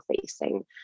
facing